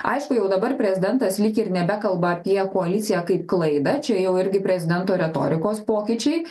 aišku jau dabar prezidentas lyg ir nebekalba apie koaliciją kaip klaidą čia jau irgi prezidento retorikos pokyčiai